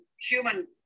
human